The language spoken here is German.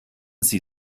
sie